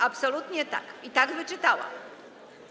Absolutnie tak i tak wyczytałam.